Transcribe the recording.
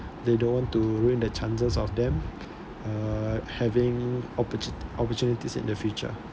they don't want to ruin their chances of them err having oppotu~ opportunities in the future